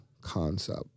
concept